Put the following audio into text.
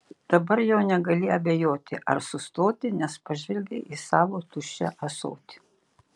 dabar jau negali abejoti ar sustoti nes pažvelgei į savo tuščią ąsotį